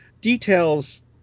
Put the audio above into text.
details